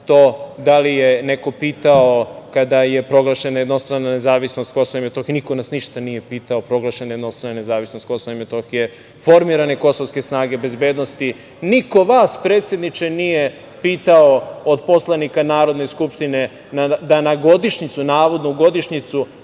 da li je neko pitao kada je proglašena jednostrana nezavisnost KiM.Niko nas ništa nije pitao, proglašena je jednostrana nezavisnost KiM, formirane kosovske snage bezbednosti. Niko vas, predsedniče nije pitao, od poslanika Narodne skupštine, da na godišnjicu, navodnu godišnjicu